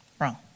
Wrong